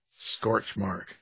Scorchmark